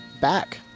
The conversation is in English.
back